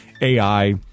AI